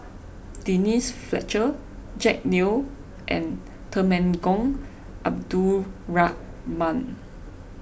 Denise Fletcher Jack Neo and Temenggong Abdul Rahman